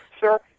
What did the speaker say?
sir